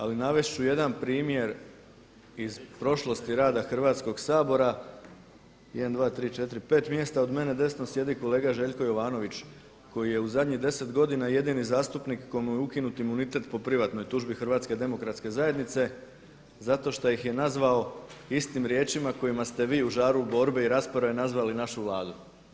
Ali navesti ću jedan primjer iz prošlosti rada Hrvatskoga sabora 1, 2, 3, 4, 5, mjesta od mene desno sjedi kolega Željko Jovanović koji je u zadnjih 10 godina jedini zastupnik kojemu je ukinut imunitet po privatnoj tužbi HDZ-a zato što ih je nazvao istim riječima kojima ste vi u žaru borbe i rasprave nazvali našu Vladu.